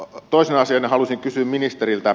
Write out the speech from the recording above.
toisena asiana haluaisin kysyä ministeriltä